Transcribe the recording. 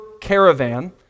caravan